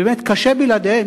באמת קשה בלעדיהם,